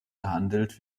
gehandelt